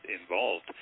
involved